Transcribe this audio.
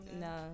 no